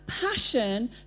passion